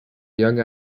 young